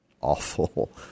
awful